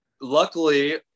luckily